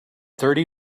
thirty